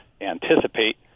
anticipate